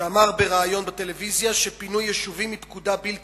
שאמר בריאיון בטלוויזיה שפינוי יישובים הוא פקודה בלתי